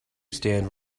stand